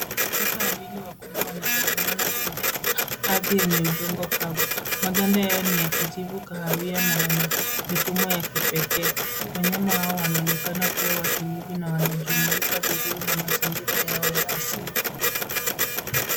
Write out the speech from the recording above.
Kara wawili wakubwa wanatazamana kwenye ardhi yenye udongo kavu. Maganda yao ni ya kijivu kahawia na yana mifumo ya kipekee. Wanayama hao wanaonekana kuwa watulivu na wanajumuika vizuri na mazingira yao ya asili.